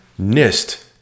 NIST